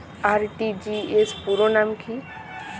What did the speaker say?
RTGS পুরো নাম কি?